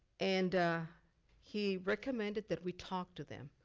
and he recommended that we talk to them,